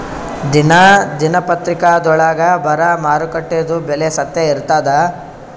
ದಿನಾ ದಿನಪತ್ರಿಕಾದೊಳಾಗ ಬರಾ ಮಾರುಕಟ್ಟೆದು ಬೆಲೆ ಸತ್ಯ ಇರ್ತಾದಾ?